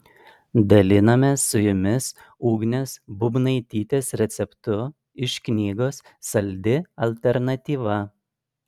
dalinamės su jumis ugnės būbnaitytės receptu iš knygos saldi alternatyva